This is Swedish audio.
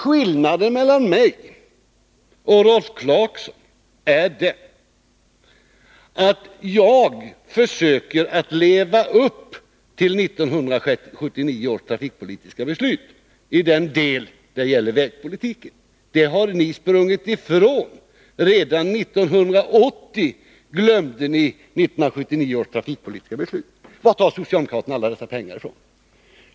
Skillnaden mellan min uppfattning och Rolf Clarksons är den, att jag försöker leva upp till 1979 års trafikpolitiska beslut i den del det gäller vägpolitiken men att ni har sprungit ifrån detta. Redan 1980 glömde ni 1979 års trafikpolitiska beslut och frågade: Varifrån skall socialdemokraterna ta alla dessa pengar?